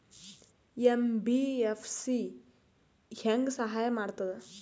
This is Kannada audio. ಎಂ.ಬಿ.ಎಫ್.ಸಿ ಹೆಂಗ್ ಸಹಾಯ ಮಾಡ್ತದ?